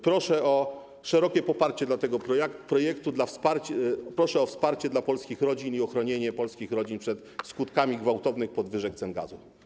Proszę o szerokie poparcie dla tego projektu, proszę o wsparcie dla polskich rodzin i ochronienie polskich rodzin przed skutkami gwałtownych podwyżek cen gazu.